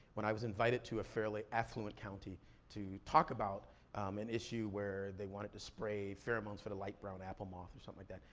when i was invited to a fairly affluent county to talk about an issue where they wanted to spray pheromones for the light brown apple moth or something like that.